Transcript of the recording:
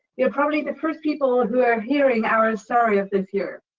you're probably the first people who are hearing our story of this year.